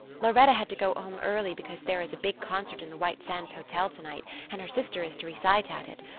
lauretta had to go home early because there is a big concert in the white sands hotel tonight and her sister is to recite at it.